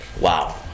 Wow